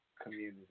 Community